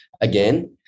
again